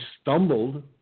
stumbled